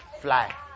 fly